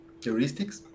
heuristics